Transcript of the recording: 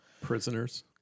Prisoners